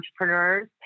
entrepreneurs